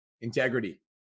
integrity